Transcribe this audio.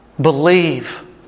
believe